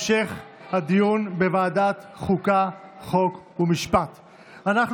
לוועדת החוקה, חוק ומשפט נתקבלה.